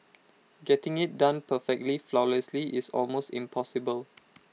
getting IT done perfectly flawlessly is almost impossible